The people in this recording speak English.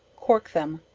cork them,